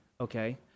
okay